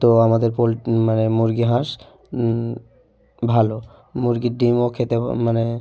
তো আমাদের পোল মানে মুরগি হাঁস ভালো মুরগির ডিমও খেতে মানে